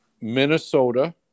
Minnesota